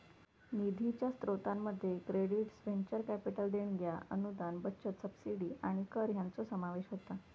निधीच्या स्रोतांमध्ये credits, venture capital देणग्या, अनुदान, बचत, सबसिडी आणि कर हयांचो समावेश होता